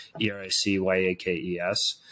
E-R-I-C-Y-A-K-E-S